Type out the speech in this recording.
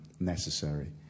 Necessary